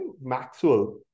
Maxwell